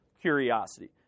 curiosity